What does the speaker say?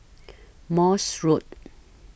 Morse Road